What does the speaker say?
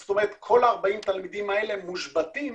זאת אומרת כל ה-40 תלמידים האלה מושבתים